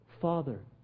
Father